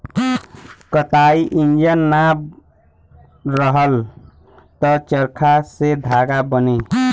कताई इंजन ना रहल त चरखा से धागा बने